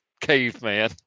caveman